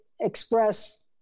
express